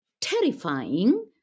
terrifying